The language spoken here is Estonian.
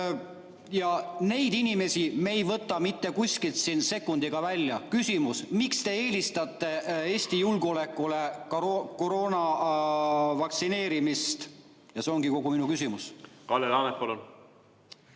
Neid inimesi me ei võta mitte kuskilt sekundiga välja. Küsimus: miks te eelistate Eesti julgeolekule koroona [vastu] vaktsineerimist? See ongi kogu mu küsimus. Kalle Laanet,